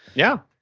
yeah,